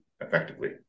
effectively